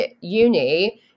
uni